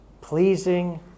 pleasing